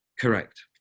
Correct